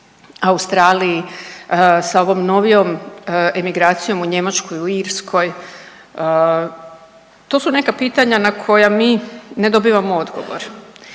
Australiji? Sa ovom novijom emigracijom u Njemačkoj, u Irskoj? To su neka pitanja na koja mi ne dobivamo odgovor.